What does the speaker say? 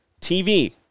TV